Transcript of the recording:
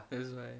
that's right